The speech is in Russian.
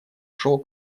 шел